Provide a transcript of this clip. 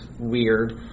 Weird